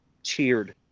cheered